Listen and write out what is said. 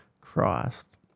Christ